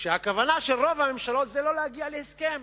כשהכוונה של רוב הממשלות זה לא להגיע להסכם